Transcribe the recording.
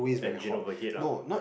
engine overheat lah